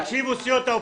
תירגעי את.